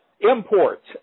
Imports